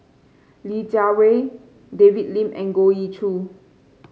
Li Jiawei David Lim and Goh Ee Choo